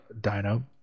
dino